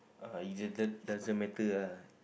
uh it d~ doesn't matter ah